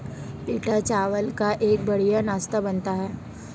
पीटा चावल का एक बढ़िया नाश्ता बनता है